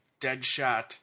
Deadshot